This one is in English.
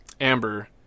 Amber